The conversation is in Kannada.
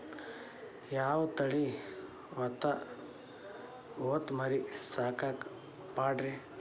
ಯಾವ ತಳಿ ಹೊತಮರಿ ಸಾಕಾಕ ಪಾಡ್ರೇ?